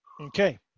Okay